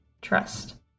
trust